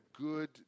good